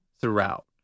throughout